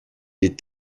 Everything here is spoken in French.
est